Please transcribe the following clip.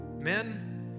Men